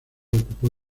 ocupó